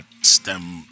stem